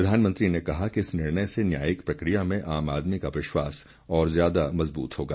प्रधानमंत्री ने कहा कि इस निर्णय से न्यायिक प्रक्रिया में आम आदमी का विश्वास और ज्यादा मजबूत होगा